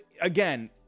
again